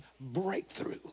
breakthrough